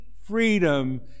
freedom